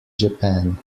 japan